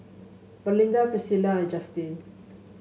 Melinda Priscila and Justine